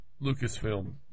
Lucasfilm